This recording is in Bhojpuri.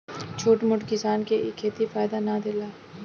छोट मोट किसान के इ खेती फायदा ना देला